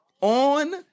On